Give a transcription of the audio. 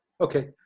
Okay